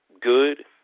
good